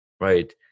right